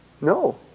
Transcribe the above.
No